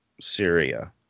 Syria